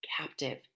captive